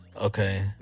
okay